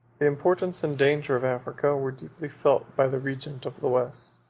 importance and danger of africa were deeply felt by the regent of the west.